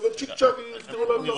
וצ'יק צ'אק יפתרו להם את הבעיה.